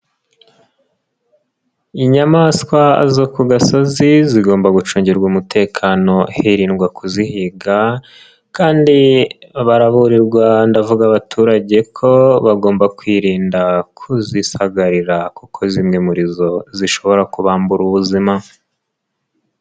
Inyamaswa zo ku gasozi zigomba gucungirwa umutekano hirindwa kuzihiga kandi baraburirwa ndavuga abaturage ko bagomba kwirinda kuzisagarira kuko zimwe muri zo zishobora kubambura ubuzima.